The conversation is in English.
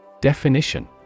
Definition